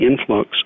influx